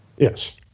Yes